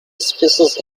species